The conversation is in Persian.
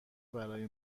برای